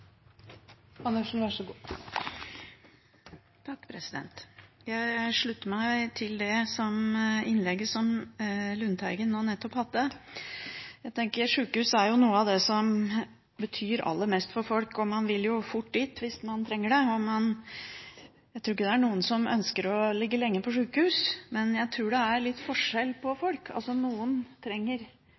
jo noe av det som betyr aller mest for folk, og man vil jo fort dit hvis man trenger det. Jeg tror ikke det er noen som ønsker å ligge lenge på sjukehus, men jeg tror det er litt forskjell på folk. Noen trenger